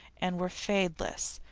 and were fadeless,